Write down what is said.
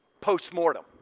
post-mortem